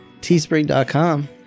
teespring.com